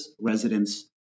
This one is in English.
residents